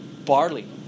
Barley